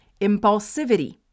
impulsivity